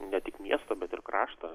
ne tik miestą bet ir kraštą